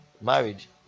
marriage